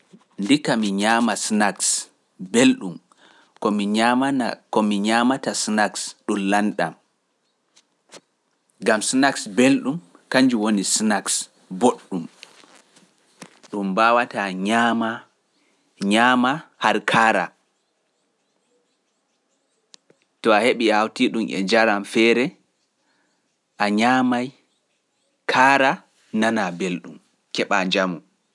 Ndikka mi ñaama snags belɗum, ko mi ñaama na ko mi ñaamata snags ɗum lanɗam, gam snags belɗum, kanjum woni snags boɗɗum, ɗum mbaawata ñaama ñaama hara kaara, to a heɓi aawti ɗum e jaram feere, a ñaama kaara nanaa belɗum, keɓa njamu.